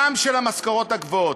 גם של המשכורות הגבוהות.